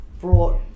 brought